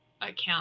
account